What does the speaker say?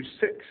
six